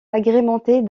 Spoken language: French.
agrémentées